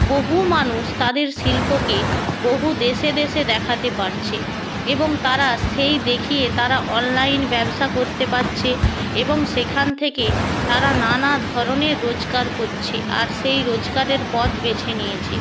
বহু মানুষ তাদের শিল্পকে বহু দেশে দেশে দেখাতে পারছে এবং তারা সেই দেখিয়ে তারা অনলাইন ব্যবসা করতে পাচ্ছে এবং সেখান থেকে তারা নানা ধরনের রোজগার কোচ্ছে আর সেই রোজগারের পথ বেছে নিয়েছে